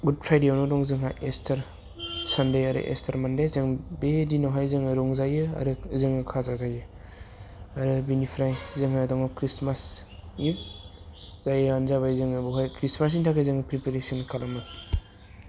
good फ्राइदेआवनो दं जोंहा एसटार सानदे आरो एस्टार मानदे जों बे दिनावहाय जोङो रंजायो आरो जोङो खाजा जायो आरो बिनिफ्राय जोंहा दङ ख्रिष्टमास नि जायआनो जाबाय जोङो बावहाय ख्रिष्टमासनि थाखाय जोङो फ्रिफारेसन खालामो